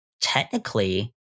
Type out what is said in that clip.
technically